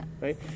right